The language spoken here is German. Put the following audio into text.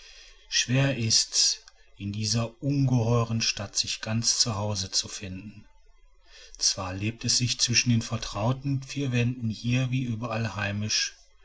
schwer ist's in dieser ungeheuren stadt sich ganz zu hause zu finden zwar lebt es sich zwischen den vertrauten vier wänden hier wie überall heimisch